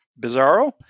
Bizarro